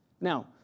Now